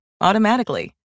automatically